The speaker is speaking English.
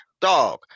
dog